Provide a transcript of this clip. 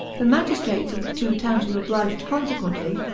the magistrates of the two towns were obliged, consequently,